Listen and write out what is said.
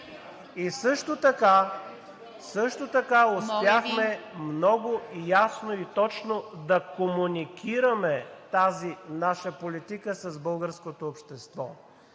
АНГЕЛОВ: …много ясно и точно да комуникираме тази наша политика с българското общество.